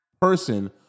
person